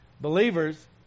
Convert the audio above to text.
Believers